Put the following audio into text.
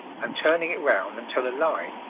and turning it round until a line,